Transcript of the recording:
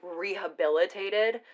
rehabilitated